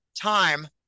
time